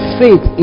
faith